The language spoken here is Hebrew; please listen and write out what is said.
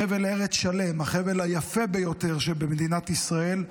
חבל ארץ שלם, החבל היפה ביותר בל מדינת ישראל,